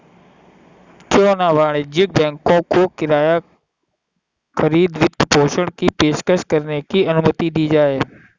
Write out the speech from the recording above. क्यों न वाणिज्यिक बैंकों को किराया खरीद वित्तपोषण की पेशकश करने की अनुमति दी जाए